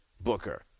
Booker